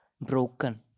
broken